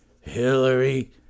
Hillary